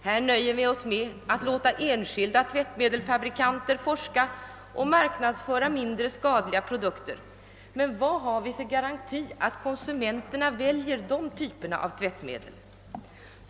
Här nöjer vi oss med att låta enskilda tvättmedelsfabrikanter forska och marknadsföra mindre skadliga produkter, men vad har vi för garanti för att konsumenterna väljer dessa typer av tvättmedel?